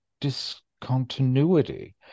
discontinuity